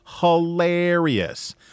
Hilarious